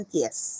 yes